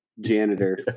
janitor